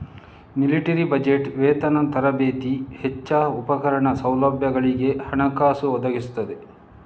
military budget ವೇತನ, ತರಬೇತಿ ವೆಚ್ಚ, ಉಪಕರಣ, ಸೌಲಭ್ಯಗಳಿಗೆ ಹಣಕಾಸು ಒದಗಿಸ್ತದೆ